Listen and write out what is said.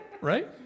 Right